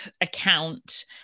account